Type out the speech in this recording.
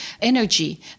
energy